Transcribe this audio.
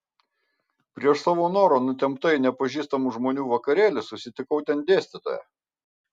prieš savo norą nutempta į nepažįstamų žmonių vakarėlį susitikau ten dėstytoją